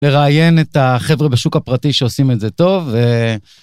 לראיין את החבר'ה בשוק הפרטי שעושים את זה טוב.